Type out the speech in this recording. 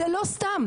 זה לא סתם,